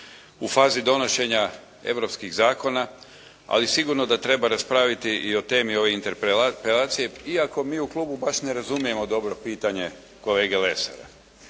u fazi donošenja europskih zakona ali sigurno da treba raspraviti i o temi ove interpelacije iako mi u klubu baš ne razumijemo dobro pitanje kolege Lesara.